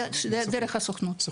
זה דרך הסוכנות.